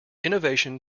innovation